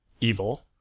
evil